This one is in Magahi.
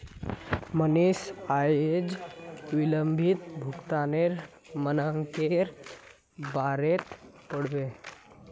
मनीषा अयेज विलंबित भुगतानेर मनाक्केर बारेत पढ़बे